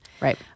right